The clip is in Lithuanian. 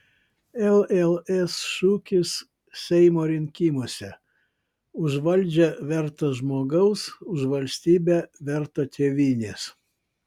lls šūkis seimo rinkimuose už valdžią vertą žmogaus už valstybę vertą tėvynės